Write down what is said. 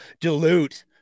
dilute